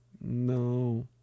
No